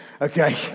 okay